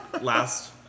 last